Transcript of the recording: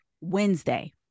Wednesday